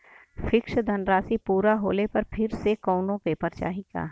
Fix धनराशी पूरा होले पर फिर से कौनो पेपर चाही का?